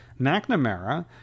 McNamara